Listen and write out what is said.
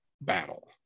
battle